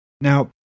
Now